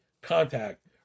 contact